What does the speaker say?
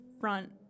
front